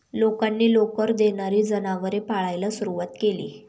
लोकांनी लोकर देणारी जनावरे पाळायला सुरवात केली